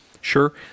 Sure